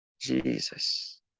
Jesus